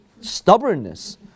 stubbornness